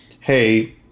hey